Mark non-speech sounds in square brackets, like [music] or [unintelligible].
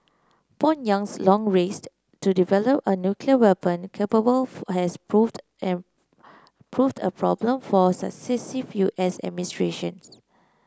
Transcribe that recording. Pyongyang's long race to develop a nuclear weapon capable has proved [unintelligible] proved a problem for successive U S administrations